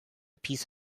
piece